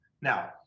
Now